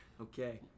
Okay